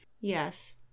Yes